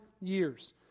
years